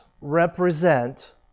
represent